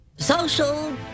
Social